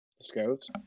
Scouts